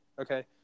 Okay